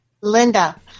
Linda